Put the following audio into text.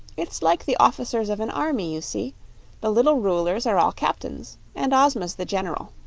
it's like the officers of an army, you see the little rulers are all captains, and ozma's the general.